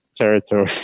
territory